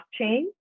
blockchain